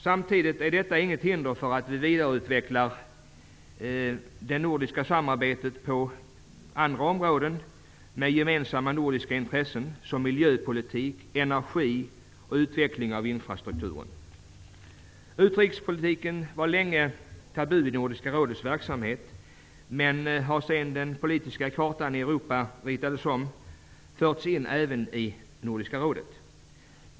Samtidigt är detta inget hinder för att vi vidareutvecklar det nordiska samarbetet på andra områden med gemensamma nordiska intressen, såsom miljöpolitik, energi och utveckling av infrastrukturen. Utrikespolitiken var länge tabu i Nordiska rådets verksamhet men har efter det att den politiska kartan i Europa ritats om förts in även i Nordiska rådet.